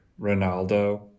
Ronaldo